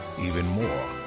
even more.